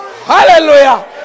Hallelujah